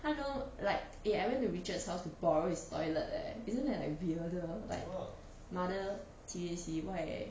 hello like eh I went to richard's house to borrow his toilet leh isn't that like weirder like mother